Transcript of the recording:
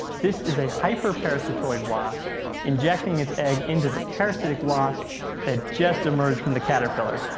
this is a hyperparasitoid wasp injecting its egg into the parasitic wasp that just emerged from the caterpillar.